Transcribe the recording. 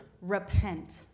repent